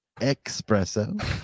espresso